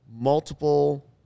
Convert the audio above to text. multiple